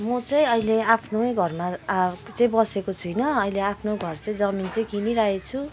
म चाहिँ अहिले आफ्नै घरमा आ चाहिँ बसेको छुइनँ अहिले आफ्नो घर चाहिँ जमीन चाहिँ किनिराखेको छु